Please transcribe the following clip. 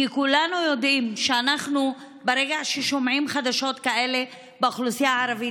כי כולנו יודעים שברגע שאנחנו שומעים חדשות כאלה באוכלוסייה הערבית,